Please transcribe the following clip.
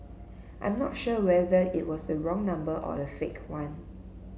I'm not sure whether it was the wrong number or a fake one